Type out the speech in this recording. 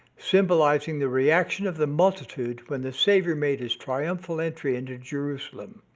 symbolizing the reaction of the multitude when the savior made his triumphal entry into jerusalem.